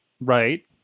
right